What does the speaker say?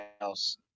else